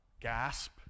gasp